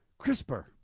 CRISPR